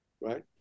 right